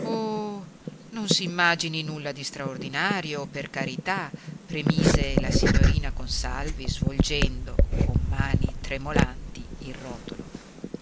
oh non s'immagini nulla di straordinario per carità premise la signorina consalvi svolgendo con le mani tremolanti il rotolo